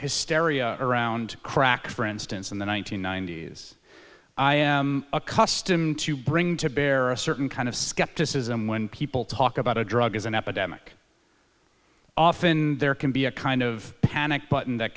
hysteria around crack for instance in the one nine hundred ninety s i am accustomed to bring to bear a certain kind of skepticism when people talk about a drug is an epidemic often there can be a kind of panic button that